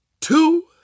two